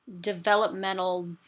developmental